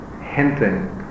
hinting